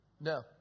No